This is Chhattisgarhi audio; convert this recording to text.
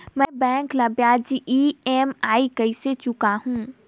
मैं बैंक ला ब्याज ई.एम.आई कइसे चुकाहू?